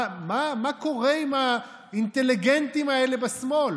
מה קורה עם האינטליגנטים האלה בשמאל?